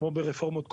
כמו ברפורמות קודמות,